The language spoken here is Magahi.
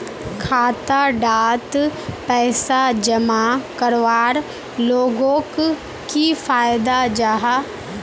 खाता डात पैसा जमा करवार लोगोक की फायदा जाहा?